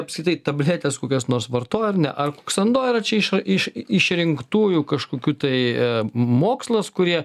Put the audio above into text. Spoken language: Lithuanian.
apskritai tabletes kokias nors vartojo ar ne ar kuksando yra čia iš iš išrinktųjų kažkokių tai mokslas kurie